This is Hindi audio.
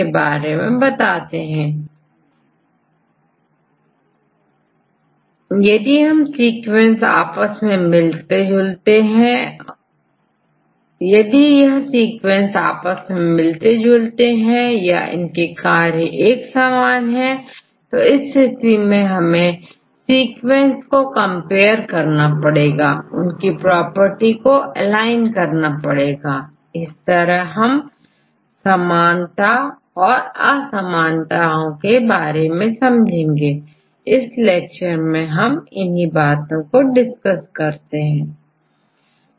इसके लिए बहुत सारी विधियां हैं जो सीक्वेंस को कंपेयर करती है इनके बारे में इस लेक्चर में डिसकस करेंगे